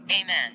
amen